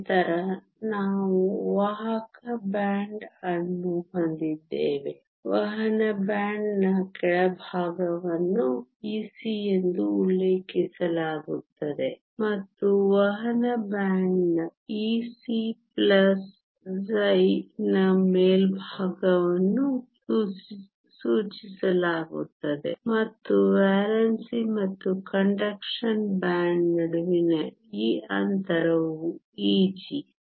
ನಂತರ ನಾವು ವಾಹಕ ಬ್ಯಾಂಡ್ ಅನ್ನು ಹೊಂದಿದ್ದೇವೆ ವಹನ ಬ್ಯಾಂಡ್ನ ಕೆಳಭಾಗವನ್ನು Ec ಎಂದು ಉಲ್ಲೇಖಿಸಲಾಗುತ್ತದೆ ಮತ್ತು ವಹನ ಬ್ಯಾಂಡ್ Ec χ ನ ಮೇಲ್ಭಾಗವನ್ನು ಸೂಚಿಸಲಾಗುತ್ತದೆ ಮತ್ತು ವೇಲೆನ್ಸಿ ಮತ್ತು ಕಂಡಕ್ಷನ್ ಬ್ಯಾಂಡ್ ನಡುವಿನ ಈ ಅಂತರವು Eg